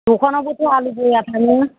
दखानावबोथ' आलु बया थायो